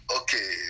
Okay